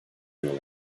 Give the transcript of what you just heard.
yol